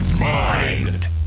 mind